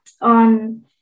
on